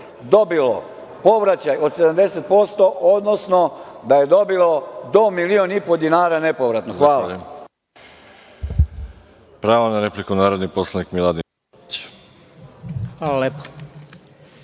dobilo povraćaj od 70%, odnosno da je dobilo do milion i po dinara nepovratno. Hvala.